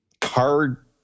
card